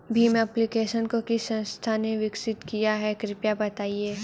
Bhim application को किस संस्था ने विकसित किया है कृपया बताइए?